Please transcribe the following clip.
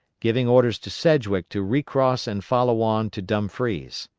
giving orders to sedgwick to recross and follow on to dumfries.